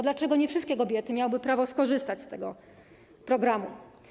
Dlaczego nie wszystkie kobiety miałyby prawo skorzystać z tego programu?